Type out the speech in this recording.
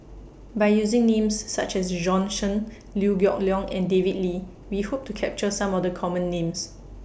By using Names such as Bjorn Shen Liew Geok Leong and David Lee We Hope to capture Some of The Common Names